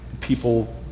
People